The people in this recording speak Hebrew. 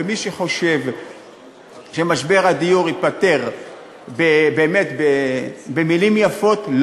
ומי שחושב שמשבר הדיור ייפתר באמת במילים יפות,